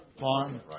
farm